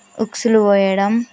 హుక్స్లు పోయడం